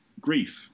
grief